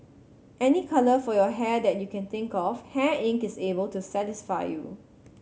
any colour for your hair that you can think of Hair Inc is able to satisfy you